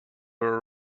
were